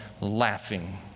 laughing